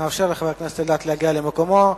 נאפשר לחבר הכנסת להגיע למקומו.